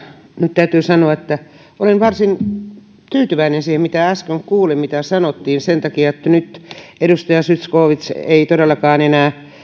nyt täytyy sanoa että olen varsin tyytyväinen siihen mitä äsken kuulin mitä sanottiin sen takia että nyt edustaja zyskowicz ei todellakaan enää